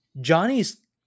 Johnny's